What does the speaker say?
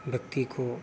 व्यक्ति को